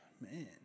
Man